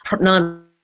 non